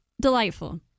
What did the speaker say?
delightful